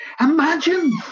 Imagine